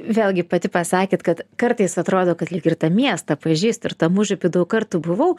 vėlgi pati pasakėt kad kartais atrodo kad lyg ir tą miestą pažįst ir tam užupy daug kartų buvau